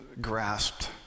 grasped